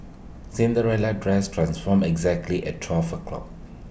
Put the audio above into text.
Cinderella's dress transformed exactly at twelve o'clock